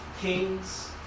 kings